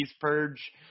purge